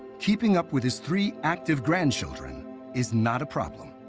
keeping up with his three active grandchildren is not a problem.